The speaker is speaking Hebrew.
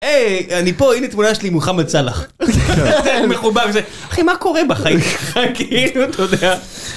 הי, אני פה, הנה תמונה שלי עם מוחמד סלאח, מכובד וזה. אחי, מה קורה בחיים שלך? כאילו, אתה יודע ..